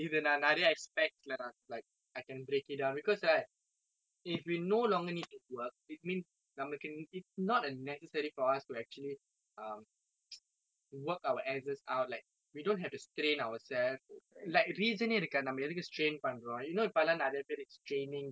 if we no longer need to work it means நம்மக்கு:nammakku it's not a necessary for us to actually um work our asses out like we don't have to strain ourselves like reason eh இருக்காது நம்ம எதுக்கு:irukkaathu namma ethukku strain பன்றோம்:pandroam you know இப்ப எல்லாம் நிறைய பேர்:ippa ellam niraya paer is straining their entire thing like straining their